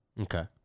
Okay